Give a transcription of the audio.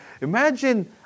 Imagine